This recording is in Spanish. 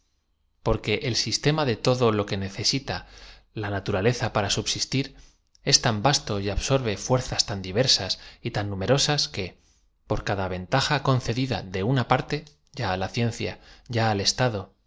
porque el sistema de todo lo que necesita la naturaleza para subsistir es tan vasto y absorbe fuer zas tan diversas y tan numerosas que por cada ven taja codcedida de una parte y a á la ciencia y a